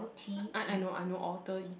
uh I know I know Alter E